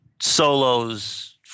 solos